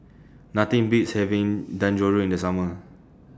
Nothing Beats having Dangojiru in The Summer